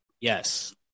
Yes